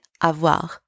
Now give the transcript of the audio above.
avoir